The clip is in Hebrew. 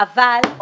אבל,